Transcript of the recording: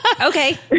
okay